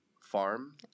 farm